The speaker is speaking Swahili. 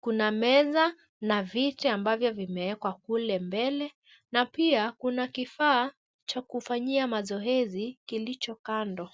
Kuna meza na viti ambavyo vimewekwa kule mbele na pia kuna kifaa cha kufanyia mazoezi kilicho kando.